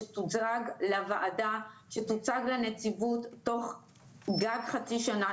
שתוצג לוועדה ולנציבות בתוך מקסימום חצי שנה.